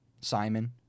Simon